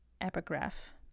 epigraph